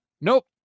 nope